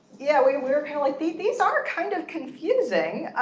yeah, we were you know like, these these are kind of confusing.